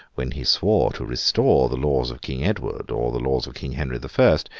when he swore to restore the laws of king edward, or the laws of king henry the first,